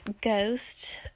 ghost